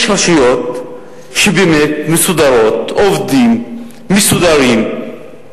יש רשויות שבאמת מסודרות, עובדים מסודרים,